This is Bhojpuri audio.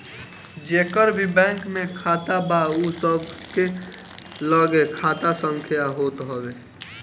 जेकर भी बैंक में खाता बा उ सबके लगे खाता संख्या होत हअ